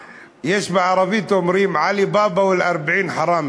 בערבית אומרים: עלי בבא ואל-ארבעין חראמיה.